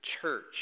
church